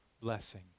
blessing